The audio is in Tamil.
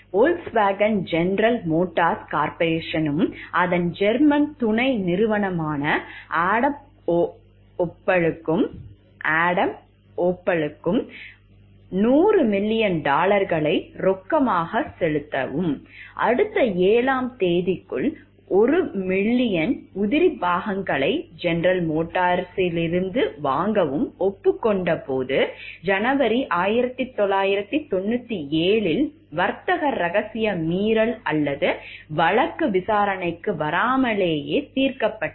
வோக்ஸ்வாகன் ஜெனரல் மோட்டார்ஸ் கார்ப்பரேஷனுக்கும் அதன் ஜெர்மன் துணை நிறுவனமான ஆடம் ஓப்பலுக்கும் 100 மில்லியன் டாலர்களை ரொக்கமாகச் செலுத்தவும் அடுத்த 7 ஆம் தேதிக்குள் 1 பில்லியன் உதிரிபாகங்களை GM இலிருந்து வாங்கவும் ஒப்புக்கொண்டபோது ஜனவரி 1997 இல் வர்த்தக ரகசிய மீறல் அல்லது வழக்கு விசாரணைக்கு வராமலேயே தீர்க்கப்பட்டது